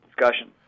discussion